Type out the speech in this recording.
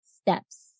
steps